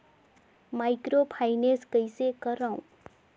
Microfinance कइसे करव?